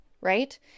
right